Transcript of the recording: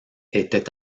était